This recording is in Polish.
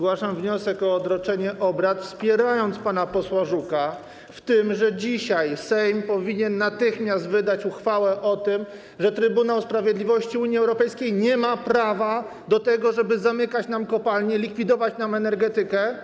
Zgłaszam wniosek o odroczenie obrad, wspierając pana posła Żuka w tym, że dzisiaj Sejm powinien natychmiast wydać uchwałę o tym, że Trybunał Sprawiedliwości Unii Europejskiej nie ma prawa do tego, żeby zamykać nam kopalnię, likwidować nam energetykę.